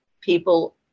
people